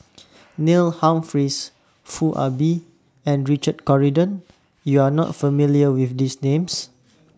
Neil Humphreys Foo Ah Bee and Richard Corridon YOU Are not familiar with These Names